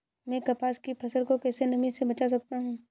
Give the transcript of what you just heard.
मैं कपास की फसल को कैसे नमी से बचा सकता हूँ?